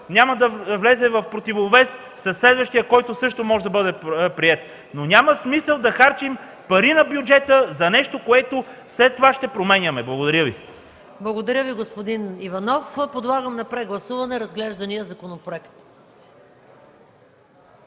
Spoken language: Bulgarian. няма да влезе в противовес със следващия, който също може да бъде приет. Но няма смисъл да харчим пари на бюджета за нещо, което след това ще променяме. Благодаря Ви. ПРЕДСЕДАТЕЛ МАЯ МАНОЛОВА: Благодаря Ви, господин Иванов. Подлагам на прегласуване разглеждания законопроект.